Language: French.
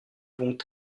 vont